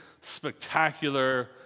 spectacular